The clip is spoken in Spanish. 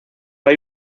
hay